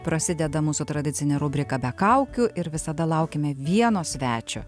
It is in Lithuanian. prasideda mūsų tradicinė rubrika be kaukių ir visada laukiame vieno svečio